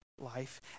life